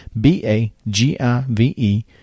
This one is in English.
B-A-G-I-V-E